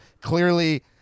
clearly